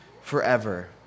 forever